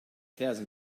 thousand